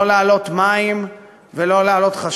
לא להעלות את מחירי המים ולא להעלות את מחירי